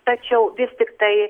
tačiau vis tiktai